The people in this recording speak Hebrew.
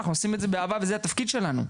אנחנו עושים את זה באהבה וזה התפקיד שלנו.